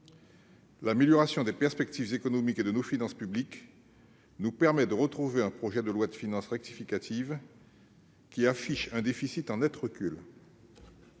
l'amélioration des perspectives économiques et de nos finances publiques nous permet de retrouver un projet de loi de finances rectificative d'une autre nature, avec un déficit en net recul,